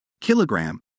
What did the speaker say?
kilogram